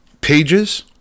pages